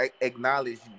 acknowledge